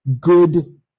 good